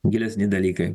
gilesni dalykai